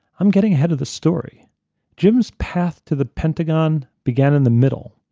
i'm getting ahead of the story jim's path to the pentagon began in the middle.